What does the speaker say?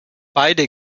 beide